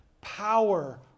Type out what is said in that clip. Power